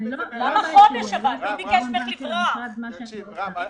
לא יכולה לעשות במשרד מה שאני רוצה.